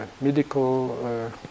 medical